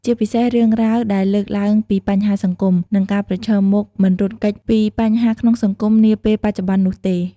ជាពិសេសរឿងរ៉ាវដែលលើកឡើងពីបញ្ហាសង្គម និងការប្រឈមមុខមិនរត់គេចពីបញ្ហាក្នុងសង្គមនាពេលបច្ចុប្បន្ននោះទេ ។